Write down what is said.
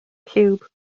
ciwb